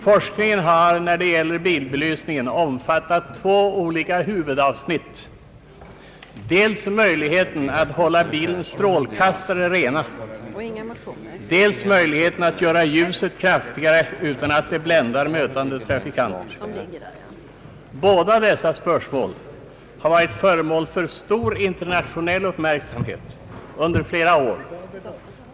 Forskningen har när det gäller bilbelysningen omfattat två olika huvudavsnitt, dels möjligheten att hålla bilens strålkastare rena, dels möjligheten att göra ljuset kraftigare utan att det bländar mötande trafikanter. Båda dessa spörsmål har rönt stor internationell uppmärksamhet under flera år.